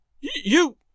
You